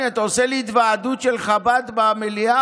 אתה עושה לי התוועדות של חב"ד במליאה?